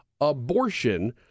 abortion